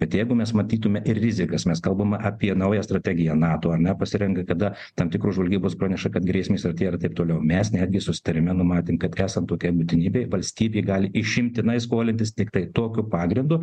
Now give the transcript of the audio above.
bet jeigu mes matytume ir rizikas mes kalbam apie naują strategiją nato ar ne pasirenka kada tam tikros žvalgybos praneša kad grėsmės arti ir taip toliau mes netgi susitarime numatėm kad esant tokiai būtinybei valstybė gali išimtinai skolintis tiktai tokiu pagrindu